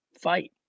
fight